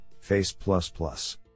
FACE++